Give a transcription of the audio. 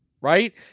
Right